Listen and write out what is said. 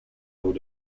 would